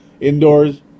indoors